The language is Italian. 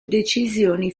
decisioni